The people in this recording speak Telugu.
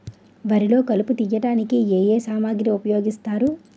వరిలో కలుపు తియ్యడానికి ఏ ఏ సామాగ్రి ఉపయోగిస్తారు?